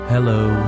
Hello